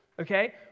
Okay